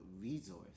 resource